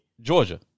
Georgia